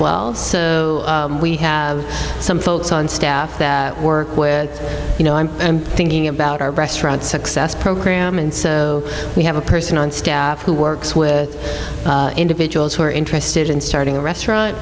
well so we have some folks on staff that work with you know i'm thinking about our restaurant success program and so we have a person on staff who works with individuals who are interested in starting a restaurant